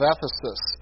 Ephesus